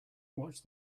watch